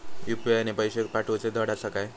UPI ने पैशे पाठवूचे धड आसा काय?